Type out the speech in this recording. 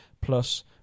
Plus